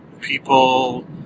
people